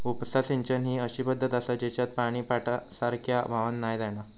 उपसा सिंचन ही अशी पद्धत आसा जेच्यात पानी पाटासारख्या व्हावान नाय जाणा